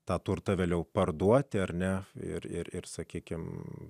tą turtą vėliau parduoti ar ne ir ir sakykime